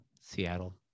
Seattle